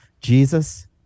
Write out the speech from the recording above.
Jesus